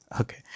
Okay